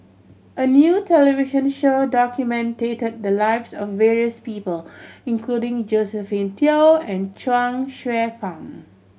a new television show documented the lives of various people including Josephine Teo and Chuang Hsueh Fang